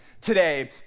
today